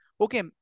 Okay